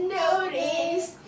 notice